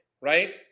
right